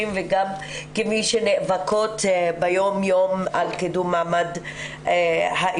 וגם כמי שנאבקות ביום יום על קידום מעמד האישה.